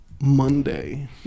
monday